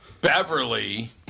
Beverly